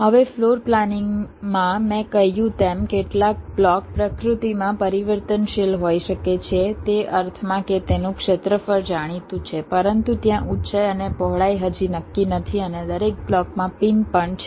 હવે ફ્લોર પ્લાનિંગમાં મેં કહ્યું તેમ કેટલાક બ્લોક પ્રકૃતિમાં પરિવર્તનશીલ હોઈ શકે છે તે અર્થમાં કે તેનું ક્ષેત્રફળ જાણીતું છે પરંતુ ત્યાં ઊંચાઈ અને પહોળાઈ હજી નક્કી નથી અને દરેક બ્લોકમાં પિન પણ છે